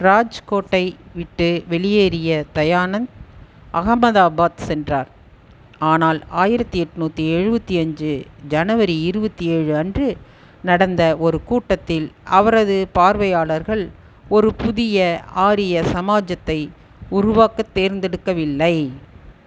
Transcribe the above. ராஜ்கோட்டை விட்டு வெளியேறிய தயானந்த் அகமதாபாத் சென்றார் ஆனால் ஆயிரத்து எட்நூற்றி எழுபத்தி அஞ்சு ஜனவரி இருபத்தேழு அன்று நடந்த ஒரு கூட்டத்தில் அவரது பார்வையாளர்கள் ஒரு புதிய ஆரிய சமாஜத்தை உருவாக்கத் தேர்ந்தெடுக்கவில்லை